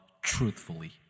truthfully